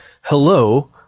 hello